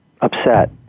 upset